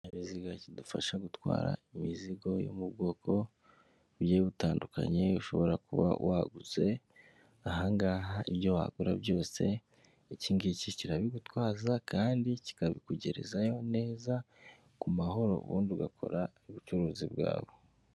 Ikinyabiziga kidufasha gutwara imizigo yo mu bwoko butandukanye ushobora kuba waguze ahangaha ibyo wagura byosega kibigutwaza kandi kikabikugerezaho neza ku mahoro ubundi ugakora ubucuruzi bwabo.